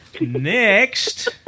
Next